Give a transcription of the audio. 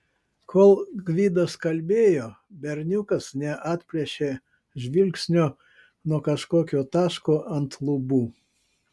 kol gvidas kalbėjo berniukas neatplėšė žvilgsnio nuo kažkokio taško ant lubų